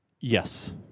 Yes